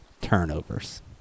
turnovers